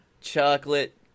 Chocolate